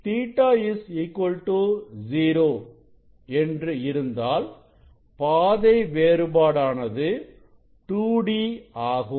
Ɵ 0 என்று இருந்தால் பாதை வேறுபாடானது 2d ஆகும்